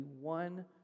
one